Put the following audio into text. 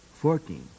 Fourteen